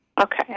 Okay